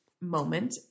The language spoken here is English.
moment